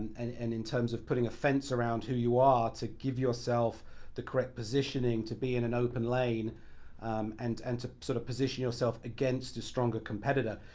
and and in terms of putting a fence around who you are to give yourself the correct positioning to be in an open lane and and to sort of position yourself against a stronger competitor.